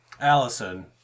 Allison